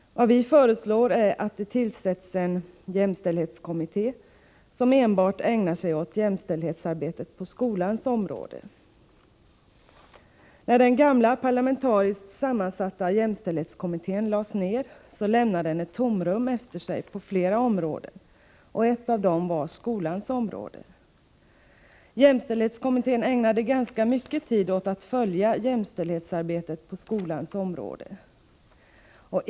Vad vi föreslår är att det skall tillsättas en jämställdhetskommitté, som enbart skall ägna sig åt jämställdhetsarbetet på skolans område. När den gamla parlamentariskt sammansatta jämställdhetskommittén lades ner lämnade den tomrum efter sig på flera områden. Ett av dem var skolans område. Jämställdhetskommittén ägnade ganska mycket tid åt att följa jämställdhetsarbetet på skolans område.